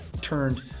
turned